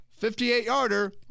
58-yarder